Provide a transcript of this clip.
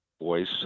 voice